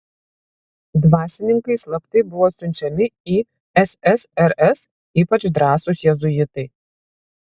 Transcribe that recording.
dvasininkai slaptai buvo siunčiami į ssrs ypač drąsūs jėzuitai